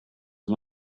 and